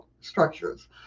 structures